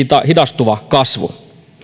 hidastuva kasvu